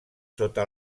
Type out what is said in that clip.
sota